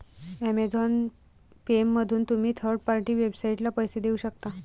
Amazon पेमधून तुम्ही third party वेबसाइटसाठी पैसे देऊ शकता